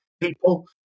People